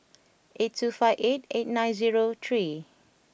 eight two five eight eight nine zero three